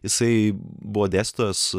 jisai buvo dėstytojas